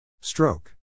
Stroke